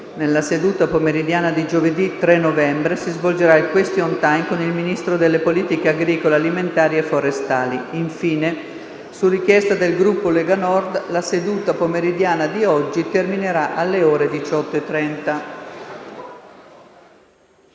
Nella seduta pomeridiana di giovedì 3 novembre si svolgerà il *question time* con il Ministro delle politiche agricole, alimentari e forestali. Infine, su richiesta del Gruppo Lega Nord, la seduta pomeridiana di oggi terminerà alle ore 18,30.